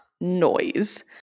noise